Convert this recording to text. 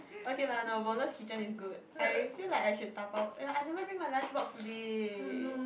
okay lah the Wallace Kitchen is good I feel like I should dabao I never bring my lunch box today